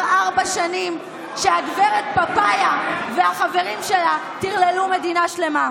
ארבע שנים שהגב' פפאיה והחברים שלה טרללו מדינה שלמה.